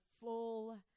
full